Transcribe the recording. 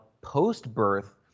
post-birth